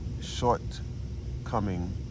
shortcoming